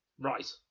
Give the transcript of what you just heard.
Right